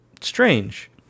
strange